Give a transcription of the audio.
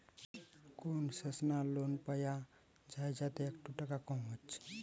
concessional loan পায়া যায় যাতে একটু টাকা কম হচ্ছে